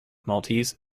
maltese